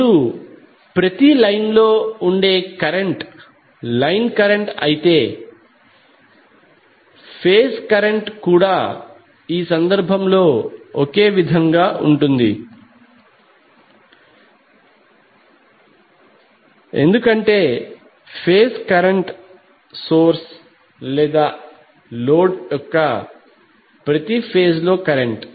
ఇప్పుడు ప్రతి లైన్ లో ఉండే కరెంట్ లైన్ కరెంట్ అయితే ఫేజ్ కరెంట్ కూడా ఈ సందర్భంలో ఒకే విధంగా ఉంటుంది ఎందుకంటే ఫేజ్ కరెంట్ సోర్స్ లేదా లోడ్ యొక్క ప్రతి ఫేజ్ లో కరెంట్